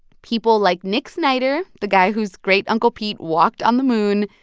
people like nick snyder, the guy whose great-uncle pete walked on the moon,